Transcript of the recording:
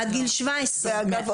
עד גיל 17. אגב,